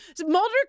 Mulder